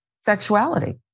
sexuality